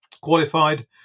qualified